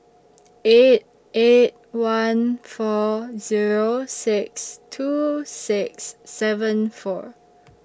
eight eight one four Zero six two six seven four